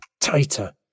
Tighter